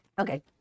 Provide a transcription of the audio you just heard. okay